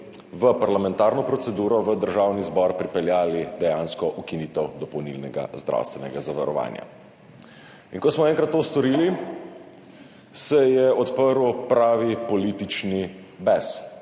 v parlamentarno proceduro, v Državni zbor pripeljali dejansko ukinitev dopolnilnega zdravstvenega zavarovanja. In ko smo enkrat to storili, se je odprl pravi politični bes.